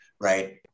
Right